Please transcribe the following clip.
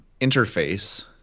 interface